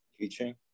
teaching